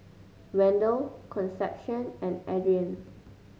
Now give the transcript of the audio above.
Wendel Concepcion and Adrian